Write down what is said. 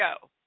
go